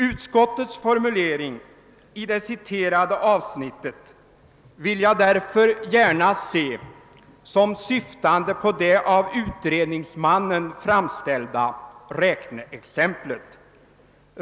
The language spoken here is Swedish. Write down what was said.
Utskottets formulering i det citerade avsnittet vill jag därför gärna se som syftande på det av utredningsmannen anförda räkneexemplet.